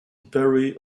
very